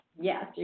Yes